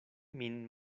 min